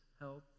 health